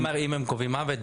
אם הם קובעים מוות,